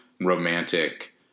romantic